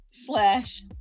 Slash